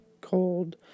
cold